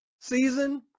season